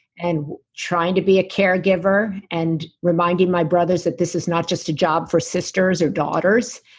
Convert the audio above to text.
and trying to be a caregiver and reminding my brothers that this is not just a job for sisters, or daughters,